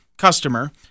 Customer